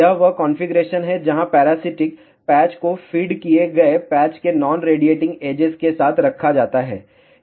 यह वह कॉन्फ़िगरेशन है जहां पैरासिटिक पैच को फीड किए गए पैच के नॉन रेडिएटिंग एजेस के साथ रखा जाता है